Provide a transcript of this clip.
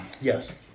yes